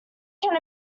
can